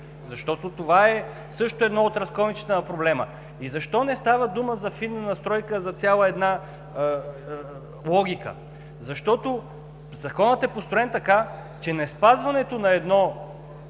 Защото това е също едно от разковничетата на проблема. Защо не става дума за фина настройка, а за една цяла логика? Защото Законът е построен така, че неспазването на едно